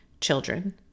children